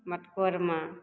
मटकोरमे